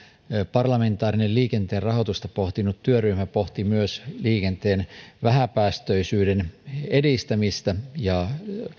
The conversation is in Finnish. parlamentaarinen liikenteen rahoitusta pohtinut työryhmä pohti myös liikenteen vähäpäästöisyyden edistämistä ja